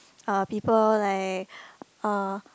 uh people like uh